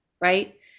right